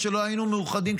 כשלא היינו מאוחדים,